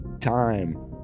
Time